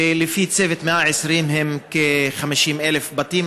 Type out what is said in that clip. ולפי "צוות 120 הימים" הם כ-50,000 בתים.